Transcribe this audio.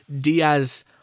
Diaz